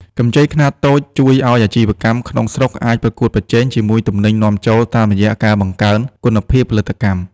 កម្ចីខ្នាតតូចជួយឱ្យអាជីវកម្មក្នុងស្រុកអាចប្រកួតប្រជែងជាមួយទំនិញនាំចូល តាមរយៈការបង្កើនគុណភាពផលិតកម្ម។